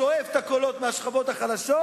שואב את הקולות מהשכבות החלשות,